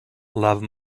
love